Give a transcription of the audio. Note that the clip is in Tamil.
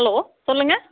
ஹலோ சொல்லுங்கள்